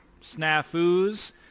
snafus